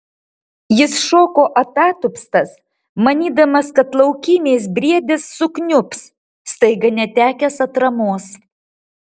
jis šoko atatupstas manydamas kad laukymės briedis sukniubs staiga netekęs atramos